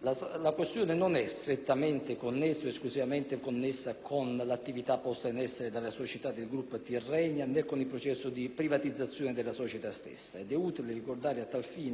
La questione non è strettamente o esclusivamente connessa con l'attività posta in essere dalle società del gruppo Tirrenia, né con il processo di privatizzazione della compagnia stessa ed è utile ricordare a tal fine